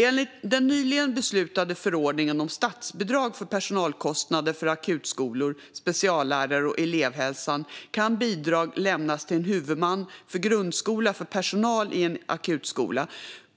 Enligt den nyligen beslutade förordningen om statsbidrag för personalkostnader för akutskolor, speciallärare och elevhälsan kan bidrag lämnas till en huvudman för grundskola för personal i en akutskola,